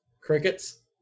Crickets